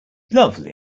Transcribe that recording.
lovely